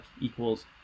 equals